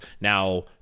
Now